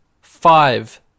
five